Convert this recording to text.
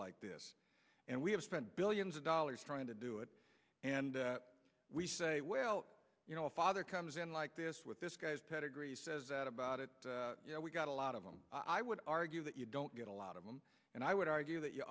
like this and we have spent billions of dollars trying to do it and we say well you know a father comes in like this with this guy's pedigree says that about it we got a lot of them i would argue that you don't get a lot of them and i would argue that you